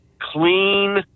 clean